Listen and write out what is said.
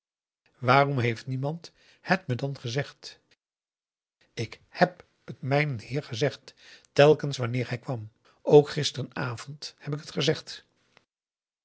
waarom heeft niemand het me dan gezegd ik heb het mijnen heer gezegd telkens wanneer hij kwam ook gisterenavond heb ik het gezegd